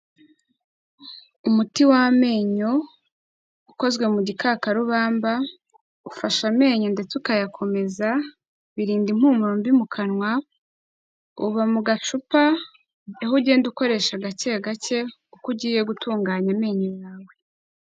Umuti w'amenyo ukozwe mu gikakarubamba, ufashe amenyo ndetse ukayakomeza, birinda impumuro mbi mu kanwa, uba mu gacupa aho ugenda ukoresha gake gake uko ugiye gutunganya amenyo yawe.